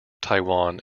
taiwan